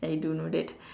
I don't know that